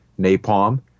napalm